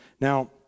now